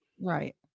right